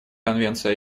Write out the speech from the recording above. конвенции